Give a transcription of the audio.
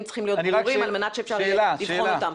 צריכים להיות ברורים על מנת שאפשר יהיה לבחון אותם.